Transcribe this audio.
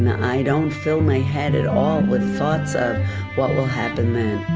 i don't fill my head at all with thoughts of what will happen then.